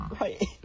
Right